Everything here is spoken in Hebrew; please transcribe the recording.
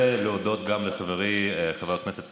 להודות גם לחברי חבר הכנסת